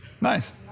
Nice